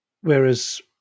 whereas